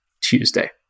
Tuesday